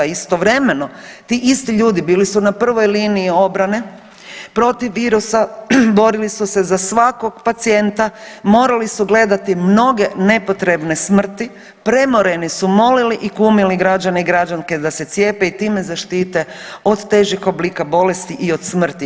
Istovremeno ti isti ljudi bili su na prvoj liniji obrane protiv virusa, borili su se za svakog pacijenta, morali su gledati mnoge nepotrebne smrti, premoreni su, molili i kumili građane i građanke da se cijepe i time zaštite od težih oblika bolesti i od smrti.